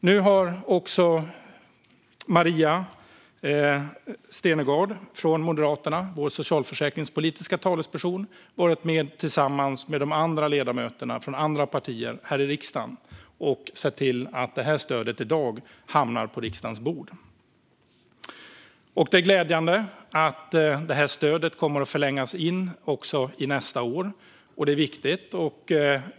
Nu har också Maria Malmer Stenergard, Moderaternas socialförsäkringspolitiska talesperson, tillsammans med ledamöter från andra partier här i riksdagen sett till att det här stödet har hamnat på riksdagens bord i dag. Det är glädjande att stödet kommer att förlängas in i nästa år. Det är viktigt.